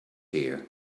here